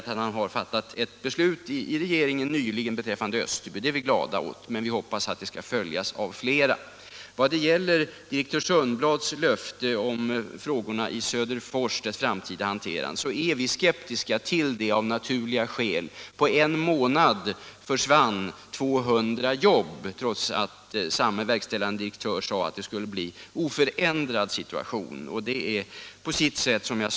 Han har också fattat ett beslut i regeringen nyligen beträffande Österby. Det är vi glada åt, men vi hoppas att det skall följas av flera. Av naturliga skäl är vi skeptiska till direktör Sundblads löfte om den framtida hanteringen av Söderforsfrågorna. På en månad försvann 200 jobb, trots att samme verkställande direktör sade att situationen skulle bli oförändrad.